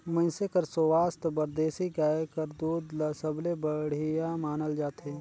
मइनसे कर सुवास्थ बर देसी गाय कर दूद ल सबले बड़िहा मानल जाथे